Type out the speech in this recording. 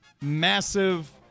massive